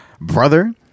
brother